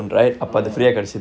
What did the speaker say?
ohh